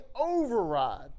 override